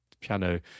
piano